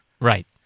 Right